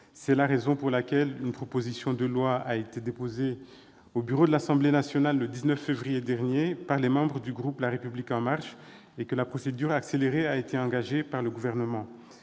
cette raison, une proposition de loi a été déposée sur le bureau de l'Assemblée nationale, le 19 février dernier, par les membres du groupe La République En Marche, et la procédure accélérée a été engagée par le Gouvernement.